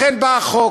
לכן בא החוק.